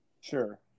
Sure